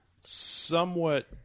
somewhat